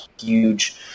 huge